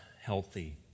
healthy